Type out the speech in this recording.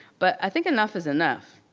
but i think enough is enough.